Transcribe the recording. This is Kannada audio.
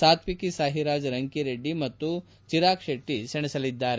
ಸಾತ್ವಿಕ್ ಸಾಯಿರಾಜ್ ರಂಕಿರೆಡ್ಡಿ ಮತ್ತು ಚಿರಾಗ್ ಶೆಟ್ಟ ಅವರು ಸೆಣಸಲಿದ್ದಾರೆ